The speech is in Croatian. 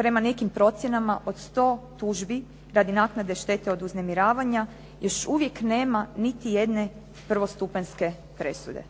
prema nekim procjenama od 100 tužbi radi naknade štete od uznemiravanja još uvijek nema niti jedne prvostupanjske presude.